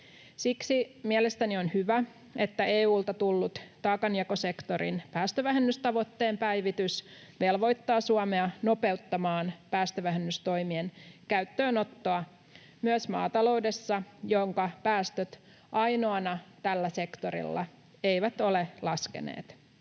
Siksi mielestäni on hyvä, että EU:lta tullut taakanjakosektorin päästövähennystavoitteen päivitys velvoittaa Suomea nopeuttamaan päästövähennystoimien käyttöönottoa myös maataloudessa, jonka päästöt ainoana tällä sektorilla eivät ole laskeneet.